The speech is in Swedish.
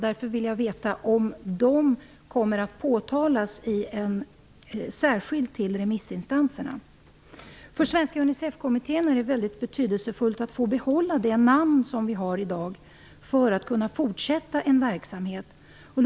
Därför vill jag veta om felaktigheterna särskilt kommer att påtalas för remissinstanserna. För Svenska Unicefkommittén är det väldigt betydelsefullt att få behålla det namn vi har i dag för att kunna fortsätta verksamheten.